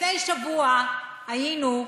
לפני שבוע היינו,